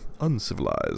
uncivilized